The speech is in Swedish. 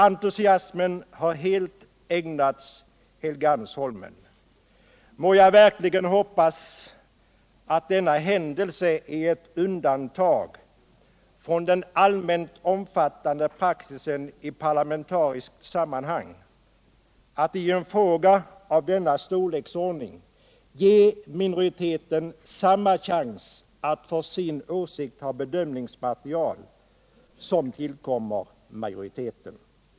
Entusiasmen har helt ägnats Helgeandsholmen. Jag hoppas verkligen att denna händelse är ett undantag från den allmänt omfattade praxisen i parlamentariska sammanhang att i en fråga av denna storleksordning ge minoriteten samma chans att för sin åsikt ha bedömningsmaterial som tillkommit majoriteten.